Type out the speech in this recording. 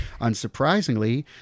Unsurprisingly